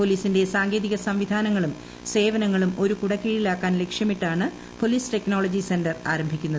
പോലീസിന്റെ സാങ്കേതികസംവിധാനങ്ങളും സേവനങ്ങളും ഒരു കുടക്കീഴിലാക്കാൻ ലക്ഷ്യമിട്ടാണ് പോലീസ് ടെക്നോളജി സെൻറർ ആരംഭിക്കുന്നത്